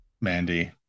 Mandy